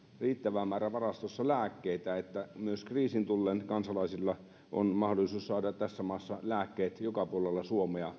riittävä määrä varastossa lääkkeitä niin että myös kriisin tullen kansalaisilla on mahdollisuus saada tässä maassa lääkkeet apteekeista joka puolella suomea